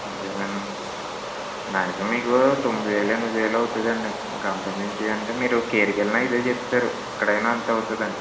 అదేలేండి మ్యాగ్జిమమ్ మీకు తొమ్మిది వేలు ఎనిమిది వేలు అవుతుందండి ఇంకా అంతకుమించి అంటే మీరు కేర్కి వెళ్ళినా ఇదే చెప్తారు ఇక్కడైనా అంతే అవుతుందండి